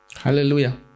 Hallelujah